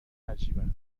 نجیبن